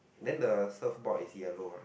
then the surfboard is yellow right